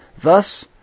Thus